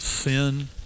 sin